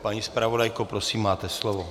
Paní zpravodajko, prosím, máte slovo.